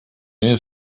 his